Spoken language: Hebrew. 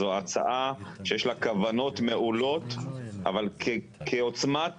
זו הצעה שיש לה כוונות מעולות, אבל כעוצמת